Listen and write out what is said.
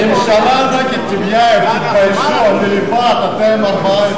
ההסתייגות של חבר הכנסת רוברט טיבייב לסעיף 40,